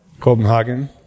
Copenhagen